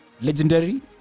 legendary